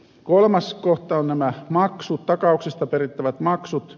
kolmas kohta on nämä takauksista perittävät maksut